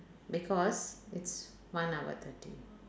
because it's one hour thirty